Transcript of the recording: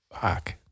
Fuck